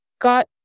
got